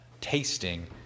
tasting